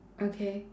okay